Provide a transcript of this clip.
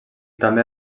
també